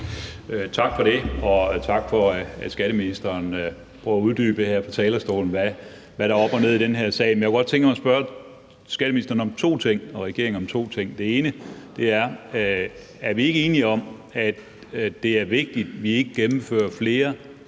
Tak for det, og tak for, at skatteministeren her fra talerstolen prøver at uddybe, hvad der er op og ned i den her sag. Men jeg kunne godt tænke mig at spørge skatteministeren og regeringen om to ting. Det ene er: Er vi ikke enige om, at det er vigtigt, at vi ikke gennemfører flere